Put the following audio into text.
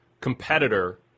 competitor